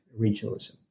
regionalism